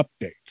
updates